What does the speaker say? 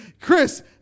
Chris